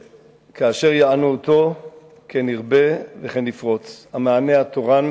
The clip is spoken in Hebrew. כאשר יענו אותו כן ירבה וכן יפרוץ, המענה התורן.